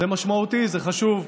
זה משמעותי, זה חשוב,